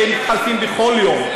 והם מתחלפים בכל יום.